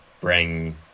bring